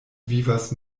vivas